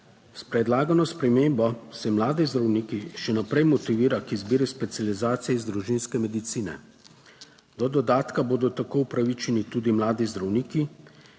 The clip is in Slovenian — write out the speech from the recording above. S predlagano spremembo se mladi zdravniki še naprej motivira k izbiri specializacije iz družinske medicine. Do dodatka bodo tako upravičeni tudi mladi zdravniki,